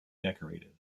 decorated